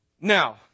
Now